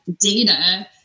data